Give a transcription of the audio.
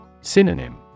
Synonym